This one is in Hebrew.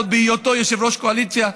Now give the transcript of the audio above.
עוד בהיותו יושב-ראש קואליציה,